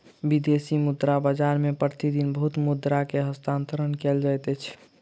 विदेशी मुद्रा बाजार मे प्रति दिन बहुत मुद्रा के हस्तांतरण कयल जाइत अछि